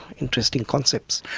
interesting concepts.